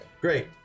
Great